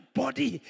body